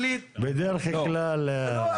ווליד --- בדרך כלל --- נו,